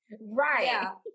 Right